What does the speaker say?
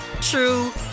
true